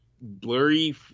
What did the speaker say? blurry